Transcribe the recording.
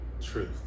truth